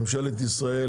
ממשלת ישראל,